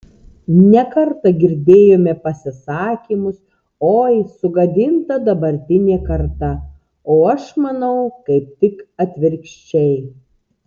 ne kartą girdėjome pasisakymus oi sugadinta dabartinė karta o aš manau kaip tik atvirkščiai